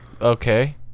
okay